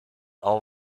all